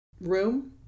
room